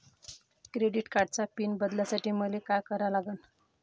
Credit कार्डाचा PIN बदलासाठी मले का करा लागन?